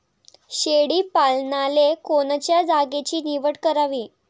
शेळी पालनाले कोनच्या जागेची निवड करावी?